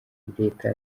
leta